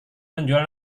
menjual